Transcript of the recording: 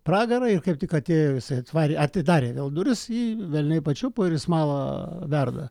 pragarą ir kaip tik atėjo jisai atvarė atidarė jau duris jį velniai pačiupo ir į smalą verda